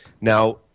now